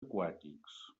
aquàtics